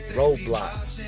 roadblocks